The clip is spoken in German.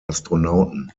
astronauten